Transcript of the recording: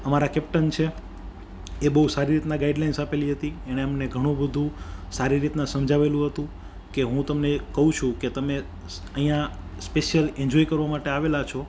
અમારા કેપ્ટન છે એ બહુ સારી રીતના ગાઈડલાઈન્સ આપેલી હતી એણે અમને ઘણું બધું સારી રીતના સમજાવેલું હતું કે હું તમને કહું છું કે તમે અહીંયા સ્પેશીયલ એન્જોય કરવા માટે આવેલા છો